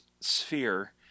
sphere